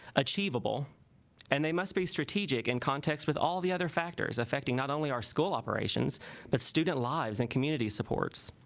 achieve abul and they must be strategic in and context with all the other factors affecting not only our school operations but student lives and community supports